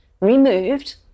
removed